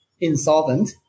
insolvent